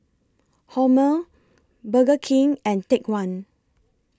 Hormel Burger King and Take one